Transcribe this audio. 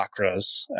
chakras